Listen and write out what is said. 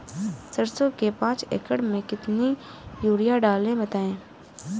सरसो के पाँच एकड़ में कितनी यूरिया डालें बताएं?